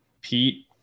Pete